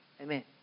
Amen